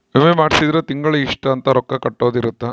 ವಿಮೆ ಮಾಡ್ಸಿದ್ರ ತಿಂಗಳ ಇಷ್ಟ ಅಂತ ರೊಕ್ಕ ಕಟ್ಟೊದ ಇರುತ್ತ